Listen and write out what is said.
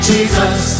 Jesus